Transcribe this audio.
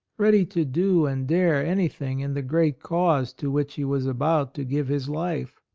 ready to do and dare anything in the great cause to which he was about to give his life.